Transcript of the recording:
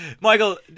Michael